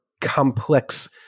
complex